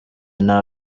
nta